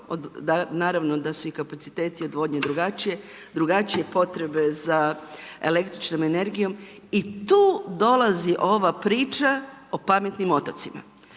naravno da su i kapaciteti odvodnje drugačije, drugačije potrebe za električnom energijom i tu dolazi ova priča o pametnim otocima.